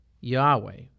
Yahweh